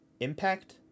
impact